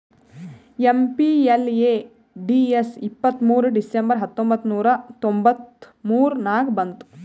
MPLADS ಇಪ್ಪತ್ತ್ಮೂರ್ December ಹತ್ತೊಂಬತ್ ನೂರಾ ತೊಂಬತ್ತ ಮೂರ ನಾಗ ಬಂತು